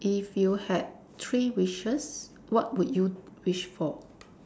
if you had three wishes what would you wish for